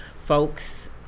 folks